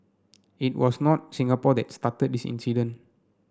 it was not Singapore that started this incident